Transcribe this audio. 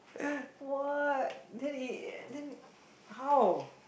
what then it then how